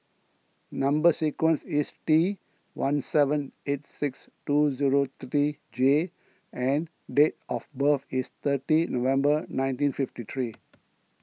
Number Sequence is T one seven eight six two zero three J and date of birth is thirty November nineteen fifty three